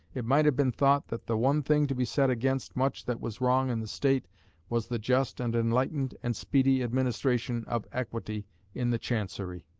it might have been thought that the one thing to be set against much that was wrong in the state was the just and enlightened and speedy administration of equity in the chancery.